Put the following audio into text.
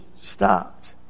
stopped